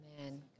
Amen